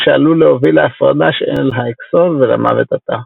מה שעלול להוביל להפרדה של האקסון ולמוות התא.